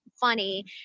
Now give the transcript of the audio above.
funny